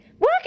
Work